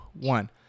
one